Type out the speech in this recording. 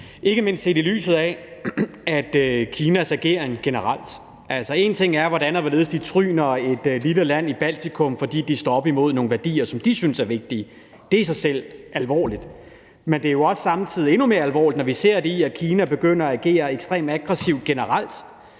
ikke mindst set i lyset af Kinas ageren generelt. En ting er, hvordan og hvorledes Kina tryner et lille land i Baltikum, fordi de står op for nogle værdier, som de synes er vigtige. Det er i sig selv alvorligt, men det er samtidig endnu mere alvorligt, når vi ser, at Kina begynder at agere ekstremt aggressivt generelt.